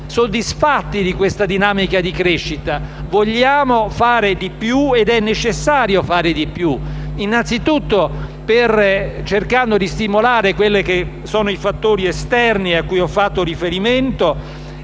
riteniamo soddisfatti di questa dinamica di crescita. Vogliamo fare di più ed è necessario fare di più, anzitutto cercando di stimolare i fattori esterni cui ho fatto riferimento